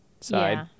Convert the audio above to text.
side